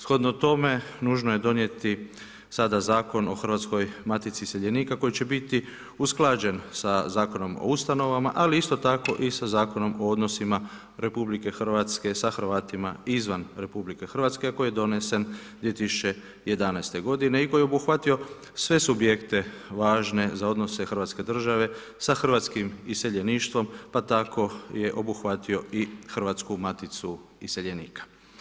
Shodno tome nužno je donijeti sa da Zakon o Hrvatskoj matici iseljenika koji će biti usklađen sa Zakonom o ustanovama, ali isto tako i sa Zakonom o odnosima RH sa Hrvatima izvan RH koji je donesen 2011. godine i koji je obuhvatio sve subjekte važne za odnose Hrvatske države sa hrvatskim iseljeništvom pa tako je obuhvatio i Hrvatsku maticu iseljenika.